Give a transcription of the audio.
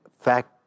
fact